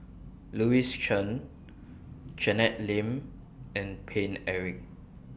Louis Chen Janet Lim and Paine Eric